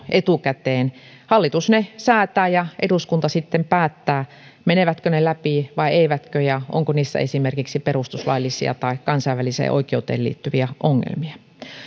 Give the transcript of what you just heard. etukäteen hallitus ne säätää ja eduskunta sitten päättää menevätkö ne läpi vai eivätkö ja onko niissä esimerkiksi perustuslaillisia tai kansainväliseen oikeuteen liittyviä ongelmia